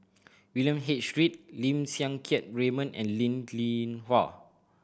William H Read Lim Siang Keat Raymond and Linn In Hua